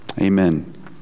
Amen